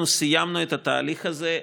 אנחנו סיימנו את התהליך הזה,